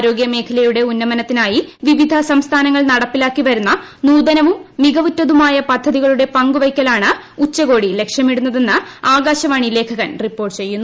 അരോഗൃ മേഖലയുടെ ഉന്നമനത്തിനായി വിവിധ ് സ്റ്റസ്ഥാനങ്ങൾ നടപ്പിലാക്കി വരുന്ന നൂതനവും മികവുറ്റതുമായി പ്രദ്ധതികളുടെ പങ്കുവയ്ക്കലാണ് ഉച്ചകോടി ലക്ഷ്യമിടുന്നതെന്ന് ആകാശ്വാണി ലേഖകൻ റിപ്പോർട്ട് ചെയ്യുന്നു